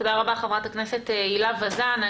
תודה רבה חברת הכנסת הילה וזאן.